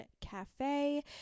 Cafe